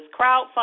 crowdfunding